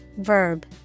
verb